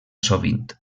sovint